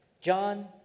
John